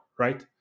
Right